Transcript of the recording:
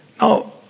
Now